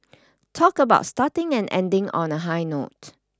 talk about starting and ending on a high note